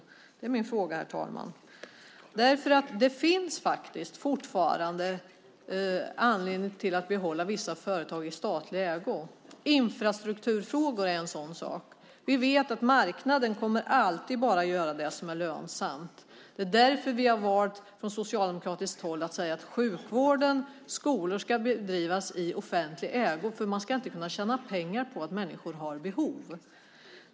Det är min fråga, herr talman. Det finns faktiskt fortfarande anledning att behålla vissa företag i statlig ägo. Infrastruktur är en sådan sak. Vi vet att marknaden alltid bara kommer att göra det som är lönsamt. Det är därför vi från socialdemokratiskt håll har valt att säga att sjukvård och skolor ska bedrivas i offentlig ägo. Man ska inte kunna tjäna pengar på att människor har behov.